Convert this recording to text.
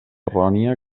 errònia